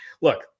look